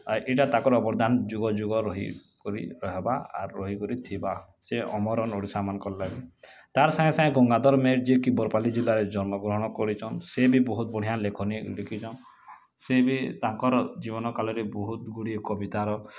ଆର୍ ଇଟା ତାଙ୍କର୍ ବରଦାନ୍ ଯୁଗ ଯୁଗ ରହିକରି ରହେବା ଆର୍ ରହିକରିଥିବା ସେ ଅମର ଲଡ଼ୁ ସମାନ କଲାଣି ତାର୍ ସାଙ୍ଗେ ସାଙ୍ଗେ ଗଙ୍ଗାଧର୍ ମେହେର୍ ଯିଏ କି ବରପାଲି ଜିଲ୍ଲାରେ ଜନ୍ମଗ୍ରହଣ କରିଛନ୍ ସିଏ ବି ବହୁତ୍ ବଢ଼ିଆ ଲେଖନୀ ଲେଖିଛନ୍ ସିଏ ବି ତାଙ୍କର ଜୀବନ କାଲରେ ବହୁତ୍ଗୁଡ଼ିଏ କବିତାର